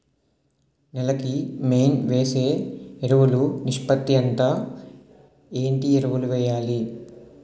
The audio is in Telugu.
నేల కి మెయిన్ వేసే ఎరువులు నిష్పత్తి ఎంత? ఏంటి ఎరువుల వేయాలి?